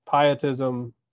pietism